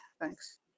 thanks